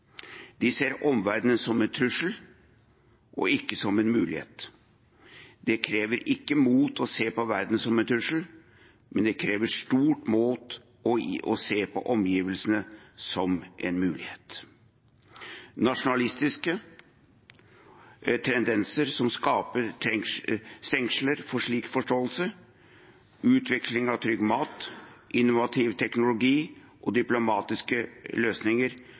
De ser omverdenen som en trussel og ikke som en mulighet. Det krever ikke mot å se på verden som en trussel, men det krever stort mot å se på omgivelsene som en mulighet. Nasjonalistiske tendenser som skaper stengsler for slik forståelse, for utvikling av trygg mat, for innovativ teknologi og for diplomatiske løsninger